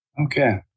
Okay